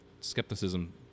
skepticism